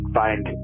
find